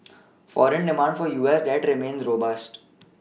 foreign demand for U S debt remains robust